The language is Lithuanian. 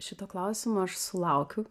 šito klausimo aš sulaukiu